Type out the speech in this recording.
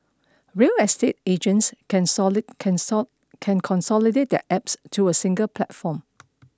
real estate agents can solid can sod can consolidate their Apps to a single platform